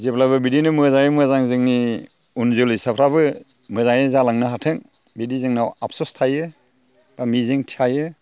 जेब्लाबो बिदिनो मोजांयै मोजां जोंनि उनजोलैसाफ्राबो मोजाङै जालांनो हाथों बिदि जोंनाव आफस'स थायो बा मिजिं थायो